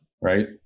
Right